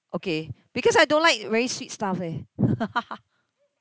okay because I don't like very sweet stuff leh